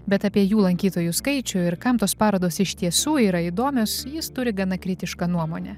bet apie jų lankytojų skaičių ir kam tos parodos iš tiesų yra įdomios jis turi gana kritišką nuomonę